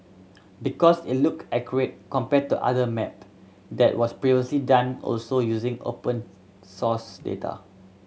because it look accurate compared to another map that was previously done also using open source data